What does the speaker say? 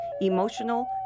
emotional